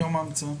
מיום ההמצאה.